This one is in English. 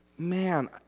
man